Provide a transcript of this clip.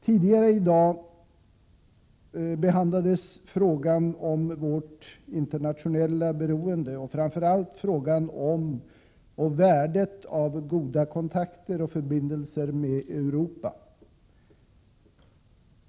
Tidigare i dag behandlades frågan om vårt internationella beroende och framför allt frågan om värdet av goda kontakter och förbindelser med Europa.